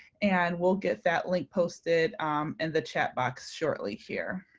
and we'll get that link posted in the chat box shortly here.